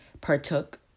partook